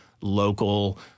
local